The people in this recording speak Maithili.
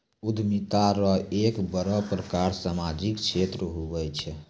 उद्यमिता रो एक बड़ो प्रकार सामाजिक क्षेत्र हुये छै